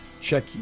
check